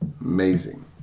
Amazing